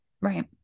right